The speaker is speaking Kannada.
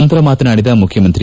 ನಂತರ ಮಾತನಾಡಿದ ಮುಖ್ಯಮಂತ್ರಿ